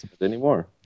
anymore